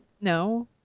no